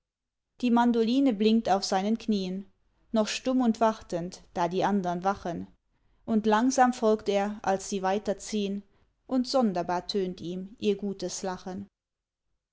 die mandoline blinkt auf seinen knien noch stumm und wartend da die andern wachen und langsam folgt er als sie weiterziehn und sonderbar tönt ihm ihr gutes lachen